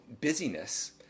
busyness